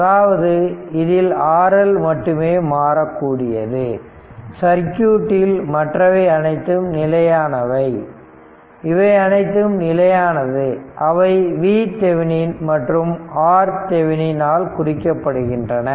அதாவது இதில் RL மட்டுமே மாறக்கூடியது சர்க்யூட்டில் மற்றவை அனைத்தும் நிலையானவை இவை அனைத்தும் நிலையானது அவை VThevenin மற்றும் RThevenin ஆல் குறிக்கப்படுகின்றன